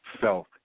self